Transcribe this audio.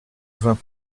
vingt